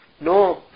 no